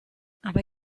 aber